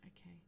Okay